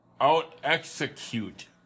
out-execute